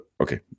okay